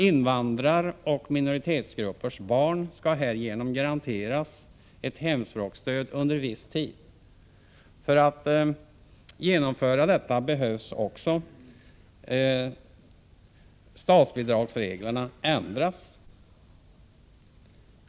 Invandraroch minoritetsgruppers barn skall härigenom garanteras ett hemspråksstöd under viss tid. För att detta skall kunna genomföras behöver också statsbidragsreglerna ändras.